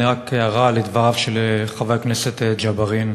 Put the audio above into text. רק הערה לדבריו של חבר הכנסת ג'בארין: